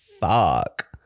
Fuck